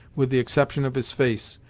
with the exception of his face,